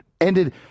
ended